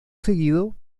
seguido